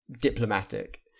diplomatic